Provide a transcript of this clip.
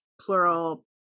plural